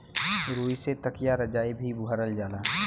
रुई से तकिया रजाई भी भरल जाला